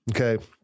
okay